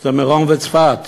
זה מירון וצפת,